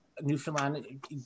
Newfoundland